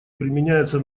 применяется